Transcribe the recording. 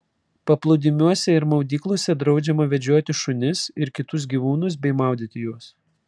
paplūdimiuose ir maudyklose draudžiama vedžioti šunis ir kitus gyvūnus bei maudyti juos